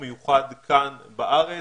עד היום זה מה שאנחנו עשינו.